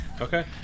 Okay